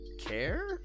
care